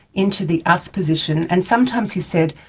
into the us position, and sometimes, he said,